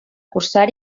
cursar